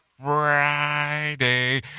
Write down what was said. friday